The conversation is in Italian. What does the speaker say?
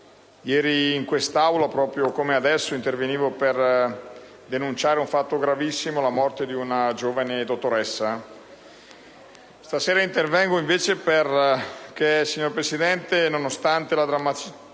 ieri in quest'Aula, proprio come adesso, intervenivo per denunciare un fatto gravissimo: la morte di una giovane dottoressa. Stasera intervengo invece perché nonostante la drammaticità